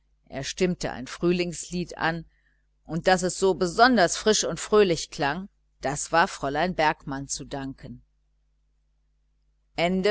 er stimmte ein frühlingslied an und daß es so besonders frisch und fröhlich klang das war fräulein bergmann zu danken